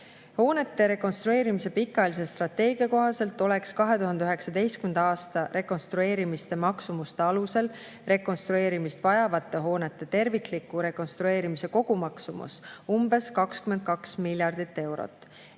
Hoonete rekonstrueerimise pikaajalise strateegia kohaselt oleks 2019. aasta rekonstrueerimiste maksumuste alusel rekonstrueerimist vajavate hoonete tervikliku rekonstrueerimise kogumaksumus olnud umbes 22 miljardit eurot.